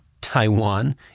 Taiwan